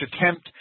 attempt